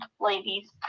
ladies